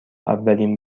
اولین